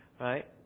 right